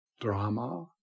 drama